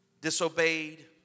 disobeyed